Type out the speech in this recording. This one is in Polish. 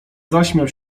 zaśmiał